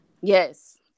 Yes